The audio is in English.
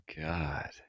God